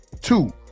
Two